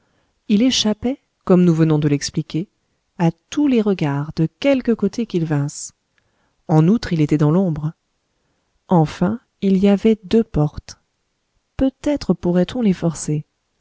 il échappait comme nous venons de l'expliquer à tous les regards de quelque côté qu'ils vinssent en outre il était dans l'ombre enfin il y avait deux portes peut-être pourrait-on les forcer